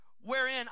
wherein